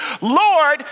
Lord